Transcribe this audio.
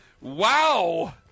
Wow